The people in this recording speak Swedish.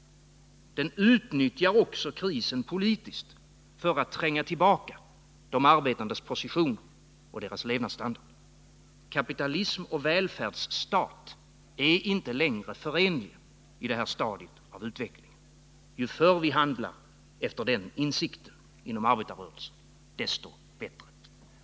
Den utnyttjar också krisen politiskt för att tränga tillbaka de arbetandes positioner och försämra deras levnadsstandard. Kapitalism och välfärdsstat är inte längre förenliga i det här stadiet av utveckling. Ju förr vi inom arbetarrörelsen handlar efter den insikten, desto bättre.